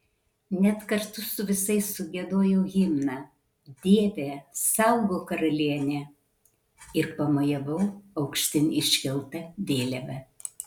net kartu su visais sugiedojau himną dieve saugok karalienę ir pamojavau aukštyn iškelta vėliava